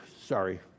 sorry